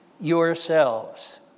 yourselves